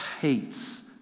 hates